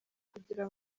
kugira